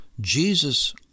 Jesus